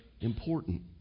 important